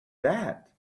that